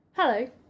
Hello